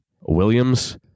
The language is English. Williams